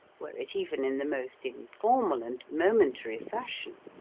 were it even in the most informal and momentary fashion.